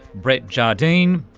brett jardine,